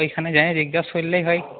ওইখানে যায় জিজ্ঞাসা করলেই হয়